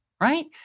right